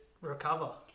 recover